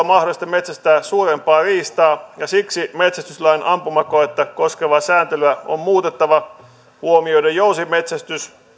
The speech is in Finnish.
mahdollista metsästää suurempaa riistaa ja siksi metsästyslain ampumakoetta koskevaa sääntelyä on muutettava huomioiden jousimetsästys